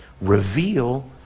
reveal